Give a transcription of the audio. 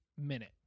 minute